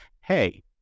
hey